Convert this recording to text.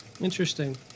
Interesting